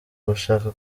gushaka